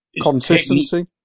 consistency